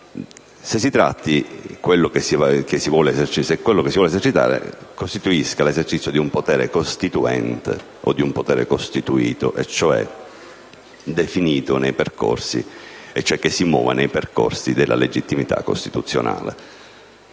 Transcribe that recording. il dubbio se quello che si vuole esercitare costituisca l'esercizio di un potere costituente o di un potere costituito e, cioè, definito e che si muove nei percorsi della legittimità costituzionale,